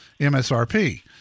MSRP